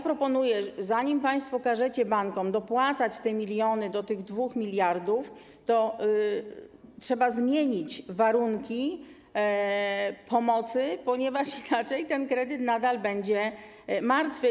Proponuję więc: zanim państwo każecie bankom dopłacać miliony do 2 mld, to trzeba zmienić warunki pomocy, ponieważ inaczej ten kredyt nadal będzie martwy.